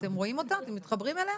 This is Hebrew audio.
אתם רואים אותה, אתם מתחברים אליה?